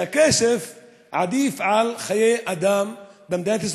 שהכסף עדיף על חיי אדם במדינת ישראל.